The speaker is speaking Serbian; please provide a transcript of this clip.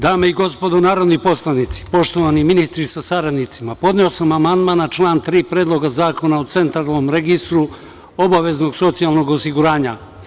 Dame i gospodo narodni poslanici, poštovani ministri sa saradnicima, podneo sam amandman na član 3. Predloga zakona o Centralnom registru obaveznog socijalnog osiguranja.